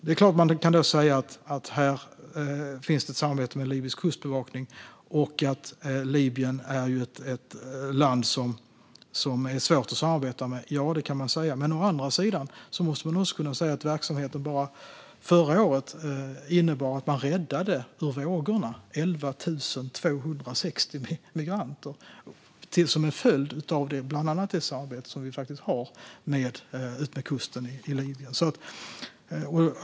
Det är klart att man då kan säga att här finns det ett samarbete med libysk kustbevakning och att Libyen är ett land som är svårt att samarbeta med. Å andra sidan innebar det att man bara förra året räddade 11 260 migranter ur vågorna som en följd av bland annat det samarbete som vi har utmed kusten i Libyen.